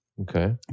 Okay